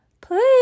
Please